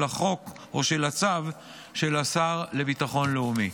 החוק או של הצו של השר לביטחון לאומי.